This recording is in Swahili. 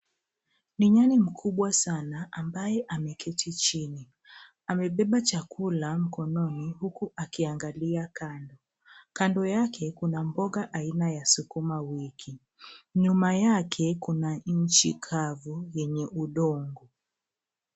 Ni nyani mkubwa sana, ambaye ameketi chini. Amebeba chakula mkononi huku akiangalia kando. Kando yake kuna mboga aina ya sukuma wiki. Nyuma yake kuna nchi kavu yenye udongo.